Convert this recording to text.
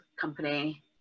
company